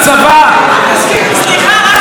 סליחה, אל תזכיר, סליחה, אני כן אזכיר.